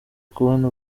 kubona